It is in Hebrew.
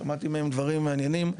שמעתי מהם דברים מעניינים,